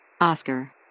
Oscar